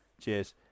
cheers